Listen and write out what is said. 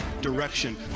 direction